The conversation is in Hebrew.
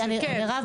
מירב,